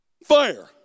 Fire